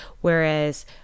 whereas